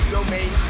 Domain